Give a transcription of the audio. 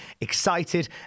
excited